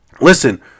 listen